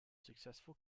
successful